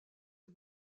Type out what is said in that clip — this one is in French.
est